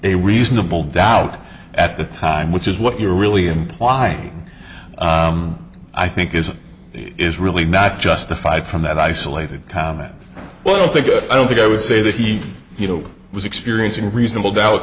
a reasonable doubt at the time which is what you're really implying i think is is really not justified from that isolated town that well i don't think i don't think i would say that he was experiencing reasonable doubt